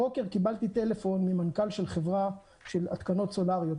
הבוקר קיבלתי טלפון ממנכ"ל של חברה של התקנות סולאריות,